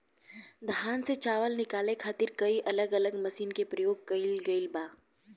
धान से चावल निकाले खातिर कई अलग अलग मशीन के प्रयोग कईल गईल बा